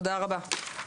תודה רבה.